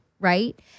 right